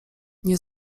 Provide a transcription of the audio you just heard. nie